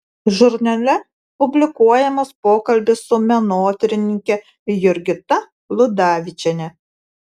žurnale publikuojamas pokalbis su menotyrininke jurgita ludavičiene